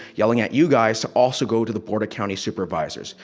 yelling at you guys to also go to the board of county supervisors.